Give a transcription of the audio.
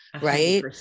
right